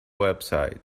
website